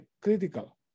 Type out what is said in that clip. critical